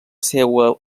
seua